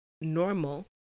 normal